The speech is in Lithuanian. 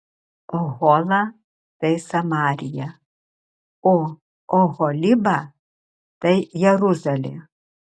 ohola tai samarija o oholiba tai jeruzalė